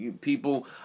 people